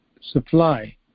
supply